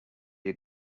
you